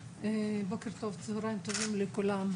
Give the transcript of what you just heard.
בוקר טוב, צהריים טובים לכולם.